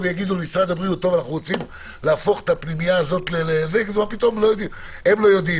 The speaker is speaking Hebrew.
אנחנו רוצים להפוך את הפנימייה הזאת הם לא יודעים,